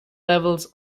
levels